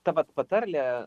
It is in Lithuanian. ta vat patarlė